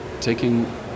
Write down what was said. taking